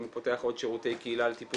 אם הוא פותח עוד שירותי קהילה לטיפול